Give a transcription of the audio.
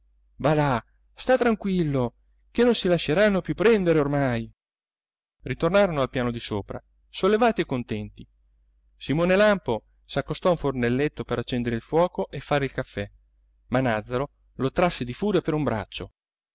là sta tranquillo che non si lasceranno più prendere ormai ritornarono al piano di sopra sollevati e contenti simone lampo s'accostò a un fornelletto per accendere il fuoco e fare il caffè ma nàzzaro lo trasse di furia per un braccio